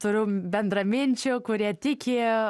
turiu bendraminčių kurie tiki